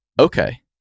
okay